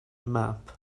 map